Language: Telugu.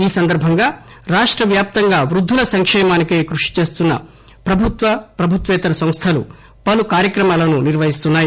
ఈ సందర్బంగా రాష్టవ్యాప్తంగా వృద్దుల సంకేమానికై కృషిచేస్తున్న ప్రభుత్వ ప్రభుత్వేతర సంస్థలు పలు కార్యక్రమాలు నిర్వహిస్తున్నాయి